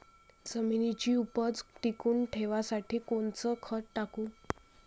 जमिनीची उपज टिकून ठेवासाठी कोनचं खत टाकू?